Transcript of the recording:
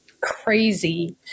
crazy